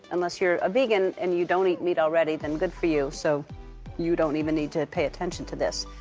unless you're a vegan and you don't eat meat already, then good for you. so you don't even need to pay attention to this.